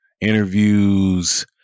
interviews